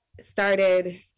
started